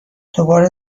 دوباره